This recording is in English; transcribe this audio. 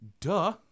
duh